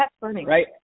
right